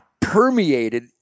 permeated